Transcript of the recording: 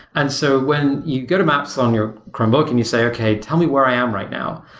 and so when you go to maps on your chromebook and you say, okay, tell me where i am right now.